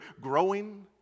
growing